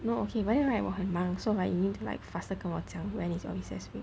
no okay but then right 我很忙 so you need to like faster 跟我讲 when is your recess week